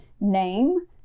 name